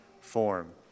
form